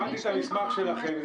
קראתי את המסמך שלכם,